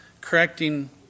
correcting